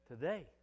today